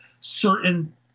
certain